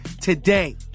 today